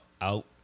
out